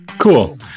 cool